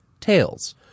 tails